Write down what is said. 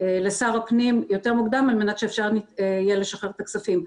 לשר הפנים יותר מוקדם על מנת שאפשר יהיה לשחרר את הכספים.